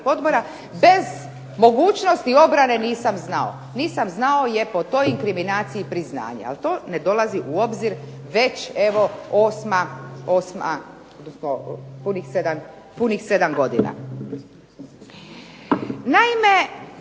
odbora bez mogućnosti obrane nisam znao. Nisam znao je po toj inkriminaciji priznanje, ali to ne dolazi u obzir već evo osma, odnosno punih 7 godina. Naime,